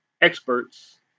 experts